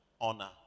honor